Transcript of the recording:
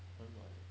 很软 leh